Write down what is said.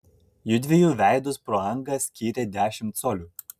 jųdviejų veidus pro angą skyrė dešimt colių